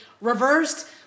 reversed